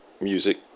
music